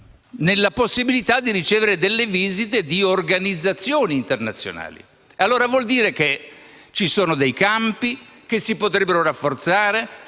nella possibilità di ricevere le visite di organizzazioni internazionali. Allora, vuol dire che ci sono dei campi che si potrebbero rafforzare,